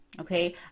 Okay